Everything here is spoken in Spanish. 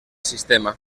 sistema